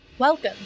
Welcome